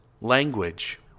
language